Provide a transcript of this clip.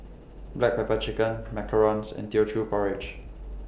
Black Pepper Chicken Macarons and Teochew Porridge